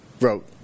wrote